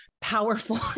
powerful